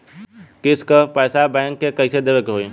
किस्त क पैसा बैंक के कइसे देवे के होई?